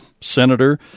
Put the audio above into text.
senator